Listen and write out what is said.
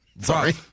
Sorry